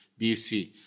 BC